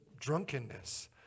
Drunkenness